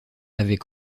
avait